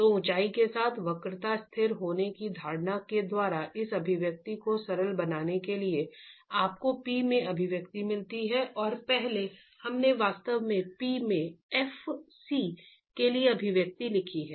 तो ऊंचाई के साथ वक्रता स्थिर होने की धारणा के द्वारा इस अभिव्यक्ति को सरल बनाने के लिए आपको P में अभिव्यक्ति मिलती है और पहले हमने वास्तव में P में एफ सी के लिए अभिव्यक्ति लिखी है